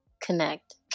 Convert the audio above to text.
connect